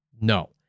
No